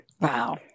Wow